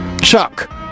Chuck